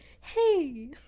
hey